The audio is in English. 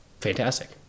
fantastic